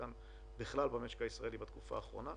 כאן בכלל במשק הישראלי בתקופה האחרונה.